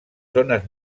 zones